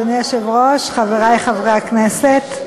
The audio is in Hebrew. אדוני היושב-ראש, חברי חברי הכנסת,